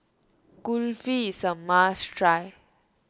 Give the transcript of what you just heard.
Kulfi some a must try